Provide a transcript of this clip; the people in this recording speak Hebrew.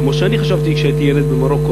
כמו שאני חשבתי כשהייתי ילד במרוקו.